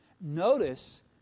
Notice